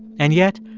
and yet,